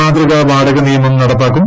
മാതൃകാ വാടക നിയമം നടപ്പാക്കും